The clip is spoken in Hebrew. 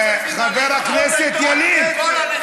איזו אנושיות?